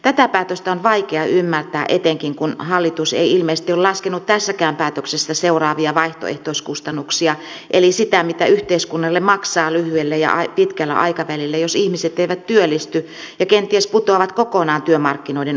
tätä päätöstä on vaikea ymmärtää etenkin kun hallitus ei ilmeisesti ole laskenut tästäkään päätöksestä seuraavia vaihtoehtoiskustannuksia eli sitä mitä yhteiskunnalle maksaa lyhyellä ja pitkällä aikavälillä se jos ihmiset eivät työllisty ja kenties putoavat kokonaan työmarkkinoiden ulkopuolelle